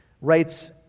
writes